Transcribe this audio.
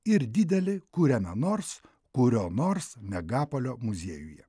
ir didelį kuriame nors kurio nors megapolio muziejuje